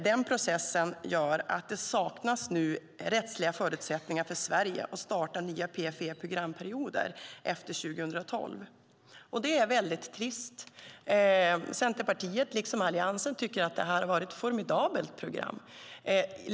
Den processen gör att det nu saknas rättsliga förutsättningar för Sverige att starta nya PFE-perioder efter 2012. Det är mycket trist. Centerpartiet, liksom Alliansen, tycker att det här har varit ett formidabelt program.